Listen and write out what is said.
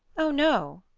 oh no!